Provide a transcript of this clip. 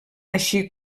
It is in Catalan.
així